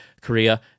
Korea